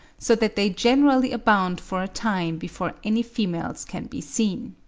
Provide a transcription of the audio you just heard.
so that they generally abound for a time before any females can be seen.